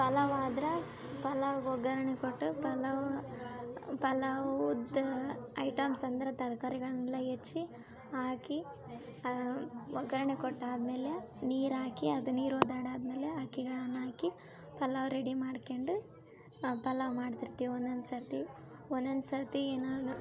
ಪಲಾವು ಆದ್ರ ಪಲಾವ್ಗ ಒಗ್ಗರಣೆ ಕೊಟ್ಟು ಪಲಾವು ಪಲಾವು ಉದ್ದ ಐಟಮ್ಸ್ ಅಂದ್ರ ತರ್ಕಾರಿಗಳನ್ನೆಲ್ಲ ಹೆಚ್ಚಿ ಹಾಕಿ ಒಗ್ಗರಣೆ ಕೊಟ್ಟಾದ್ಮೇಲೆ ನೀರು ಹಾಕಿ ಅದು ನೀರು ಒದ್ದಾಡ ಆದ್ಮೇಲೆ ಅಕ್ಕಿಗಳನ್ನ ಹಾಕಿ ಪಲಾವು ರೆಡಿ ಮಾಡ್ಕೆಂಡು ಪಲಾವು ಮಾಡ್ತಿರ್ತೀವಿ ಒಂದೊಂದು ಸರ್ತಿ ಒಂದೊಂದು ಸರ್ತಿ ಏನಾದರೂ